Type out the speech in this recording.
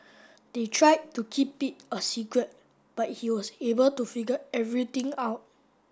they tried to keep it a secret but he was able to figure everything out